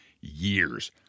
years